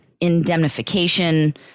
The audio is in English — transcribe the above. indemnification